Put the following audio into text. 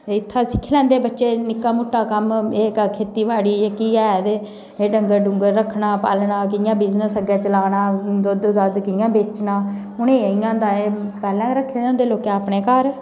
ते इत्थे सिक्खी लेंदे बच्चे फ्ही निक्का मुट्टा कम्म खेती बाड़ी जेह्की ऐ ते एह् डंगर रक्खने पालना कियां बिजनस अग्गे चलाना दुद्ध दध कियां बेचना ऐ पहले गे रक्खे दे होंदे लोकें अपने घार